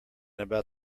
about